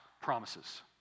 promises